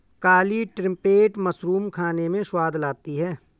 काली trumpet mushroom खाने में स्वाद लाती है